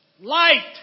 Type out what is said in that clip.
light